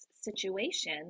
situation